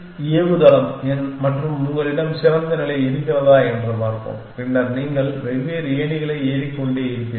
இந்த ஏவுதளம் மற்றும் உங்களிடம் சிறந்த நிலை இருக்கிறதா என்று பார்ப்போம் பின்னர் நீங்கள் வெவ்வேறு ஏணிகளை ஏறிக்கொண்டே இருப்பீர்கள்